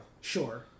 Sure